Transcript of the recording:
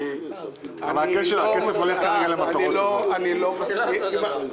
זה לא אותו דבר.